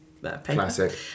Classic